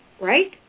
right